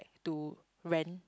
to rent